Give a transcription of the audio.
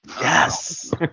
Yes